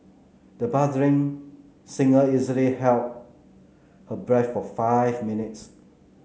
the budding singer easily held her breath for five minutes